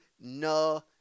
no